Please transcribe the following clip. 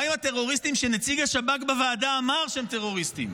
מה עם הטרוריסטים שנציג השב"כ בוועדה אמר שהם טרוריסטים?